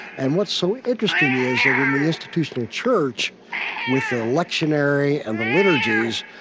and what's so interesting is that in the institutional church with the lectionary and the liturgies,